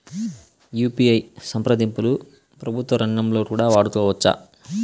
UPI సంప్రదింపులు ప్రభుత్వ రంగంలో కూడా వాడుకోవచ్చా?